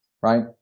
Right